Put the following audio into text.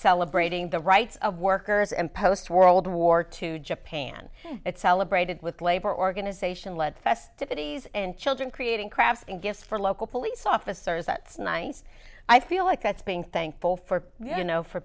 celebrating the rights of workers and post world war two japan it celebrated with labor organization led festivities and children creating crafts and gifts for local police officers that's nice i feel like that's being thankful for